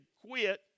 quit